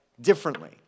differently